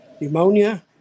pneumonia